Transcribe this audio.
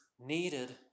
needed